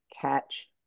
catch